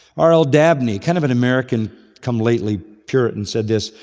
r. l. dabney, kind of an american come-lately puritan said this,